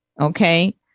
Okay